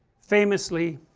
famously,